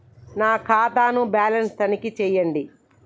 నా ఖాతా ను బ్యాలన్స్ తనిఖీ చేయండి?